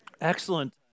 Excellent